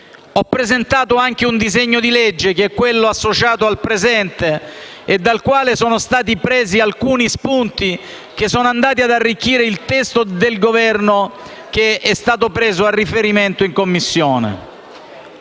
Ho presentato anche un disegno di legge, che è quello associato al presente, dal quale sono stati presi alcuni spunti che sono andati ad arricchire il testo del Governo che è stato preso a riferimento in Commissione.